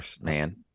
man